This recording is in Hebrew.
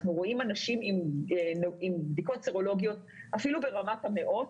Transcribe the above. אנחנו רואים אנשים עם בדיקות סרולוגיות אפילו ברמת המאות,